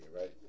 right